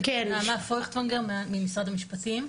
נעמה פויכטונגר ממשרד המשפטים,